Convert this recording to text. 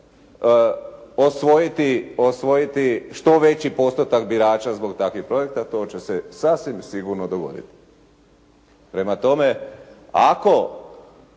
osvojiti što veći postotak birača zbog takvih projekta, to će se sasvim sigurno dogoditi. Prema tome ako